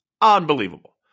Unbelievable